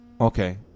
Okay